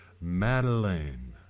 Madeleine